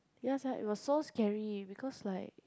ya sia it was so scary because like